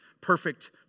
perfect